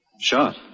Shot